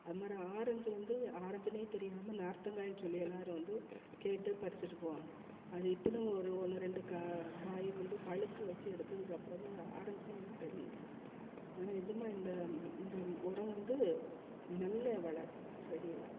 அதுமாதிரி ஆரஞ்சு வந்து ஆரஞ்சுனே தெரியாமல் நார்த்தங்காய்னு சொல்லி எல்லோரும் வந்து கேட்டு பறிச்சிட்டு போவாங்க அதை இப்போதான் ஒரு ஒன்று ரெண்டு கா காய் வந்து பழுக்க வச்சு எடுத்ததுக்கப்புறம் தான் ஆரஞ்சுனே எனக்கு தெரிஞ்சிச்சு ஆனால் நெஜமாக இந்த இந்த உரம் வந்து நல்ல வளருது செடியெல்லாம்